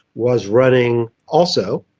was running also.